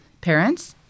parents